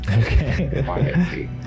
Okay